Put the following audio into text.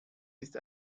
ist